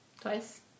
Twice